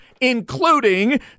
including